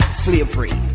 slavery